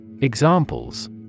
Examples